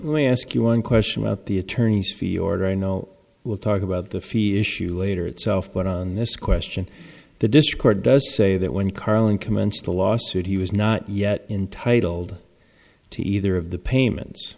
i ask you one question about the attorneys fiord i know we'll talk about the fear issue later itself but on this question the discord does say that when carlin commenced a lawsuit he was not yet entitled to either of the payments